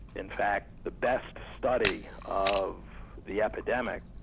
in fact, the best study of the epidemic,